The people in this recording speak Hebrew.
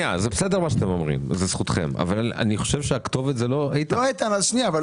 זכותכם להגיד את מה שאתם אומרים אבל אני חושב שהכתובת היא לא איתן כהן.